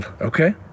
Okay